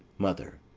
mother.